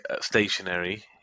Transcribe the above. stationary